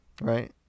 right